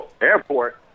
airport